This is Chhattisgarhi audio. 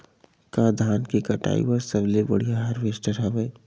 का धान के कटाई बर सबले बढ़िया हारवेस्टर हवय?